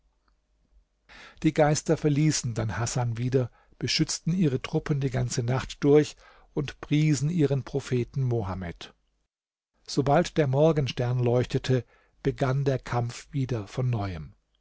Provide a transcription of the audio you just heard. die geister verließen dann hasan wieder beschützten ihre truppen die ganze nacht durch und priesen ihren propheten mohammed sobald der morgenstern leuchtete begann der kampf wieder von neuem